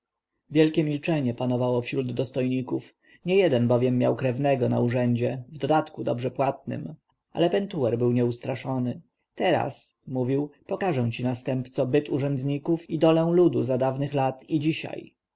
wielkie milczenie panowało wśród dostojników niejeden bowiem miał krewnego na urzędzie wdodatku dobrze płatnym ale pentuer był nieustraszony teraz mówił pokażę ci następco byt urzędników i dolę ludu za dawnych lat i dzisiaj